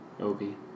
Obi